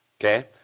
Okay